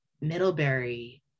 Middlebury